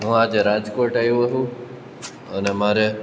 હું આજે રાજકોટ આવ્યો છું અને મારે